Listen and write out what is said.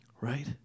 right